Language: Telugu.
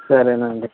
సరేనండి